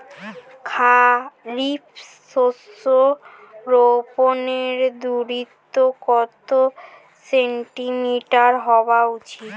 খারিফ শস্য রোপনের দূরত্ব কত সেন্টিমিটার হওয়া উচিৎ?